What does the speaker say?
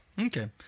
Okay